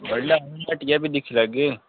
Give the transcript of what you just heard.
बडलै आओ हट्टिया भी दिक्खी लैगे